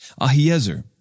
Ahiezer